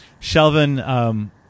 Shelvin